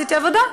עשיתי עבודה,